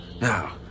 Now